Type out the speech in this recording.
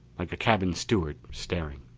like a cabin steward staring.